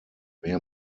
mehr